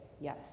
yes